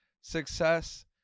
success